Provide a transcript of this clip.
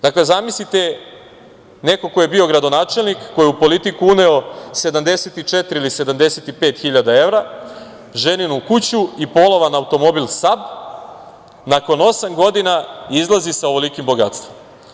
Dakle, zamislite neko ko je bio gradonačelnik, ko je u politiku uneo 74 ili 75 hiljada evra, ženinu kuću i polovan automobil SAB, nakon osam godina izlazi sa ovolikim bogatstvom.